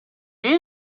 mio